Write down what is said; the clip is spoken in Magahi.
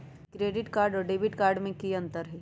क्रेडिट कार्ड और डेबिट कार्ड में की अंतर हई?